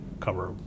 cover